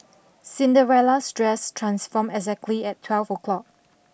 Cinderella's dress transformed exactly at twelve o'clock